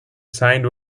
signed